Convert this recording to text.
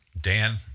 Dan